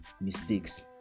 mistakes